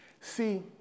See